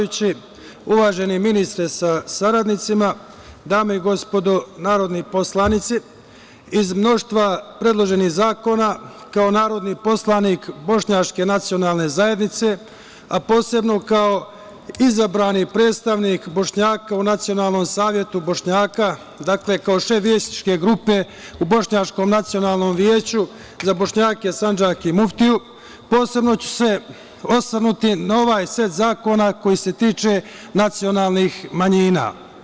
Uvaženi ministre sa saradnicima, dame i gospodo narodni poslanici, iz mnoštva predloženih zakona kao narodni poslanik Bošnjačke nacionalne zajednice, a posebno kao izabrani predstavnik Bošnjaka u Nacionalnom savetu Bošnjaka, kao šef Vijećničke grupe u Bošnjačkom nacionalnom vijeću Za Bošnjake, Sandžak i muftiju, posebno ću se osvrnuti na ovaj set zakona koji se tiče nacionalnih manjina.